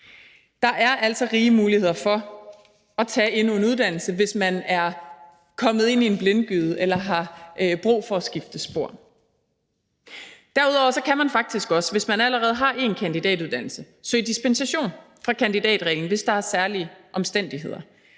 Der er altså rige muligheder for at tage endnu en uddannelse, hvis man er kommet ind i en blindgyde eller har brug for at skifte spor. Derudover kan man faktisk også, hvis man allerede har en kandidatuddannelse, søge dispensation fra kandidatreglen, hvis der er særlige omstændigheder.